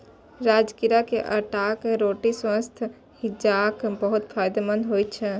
राजगिरा के आटाक रोटी स्वास्थ्यक लिहाज बहुत फायदेमंद होइ छै